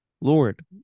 Lord